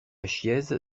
chiéze